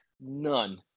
None